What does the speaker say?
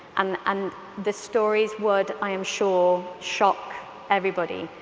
um um the stories would, i am sure, shock everybody.